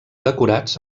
decorats